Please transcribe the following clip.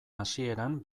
hasieran